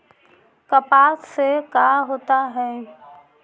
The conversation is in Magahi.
कपास से का होता है?